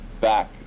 back